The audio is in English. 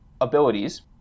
abilities